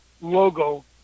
logo